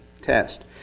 test